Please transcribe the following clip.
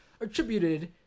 attributed